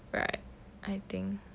right I think